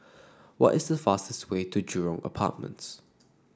what is the fastest way to Jurong Apartments